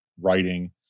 writing